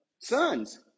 Sons